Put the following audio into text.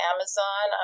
Amazon